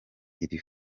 iri